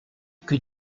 que